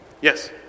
Yes